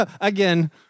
again